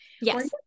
yes